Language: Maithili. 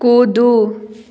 कूदू